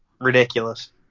Ridiculous